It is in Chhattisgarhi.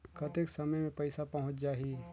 कतेक समय मे पइसा पहुंच जाही?